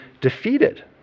defeated